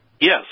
Yes